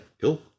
Cool